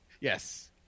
Yes